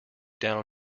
down